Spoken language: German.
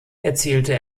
erzielte